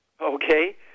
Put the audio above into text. Okay